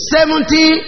Seventy